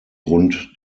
rund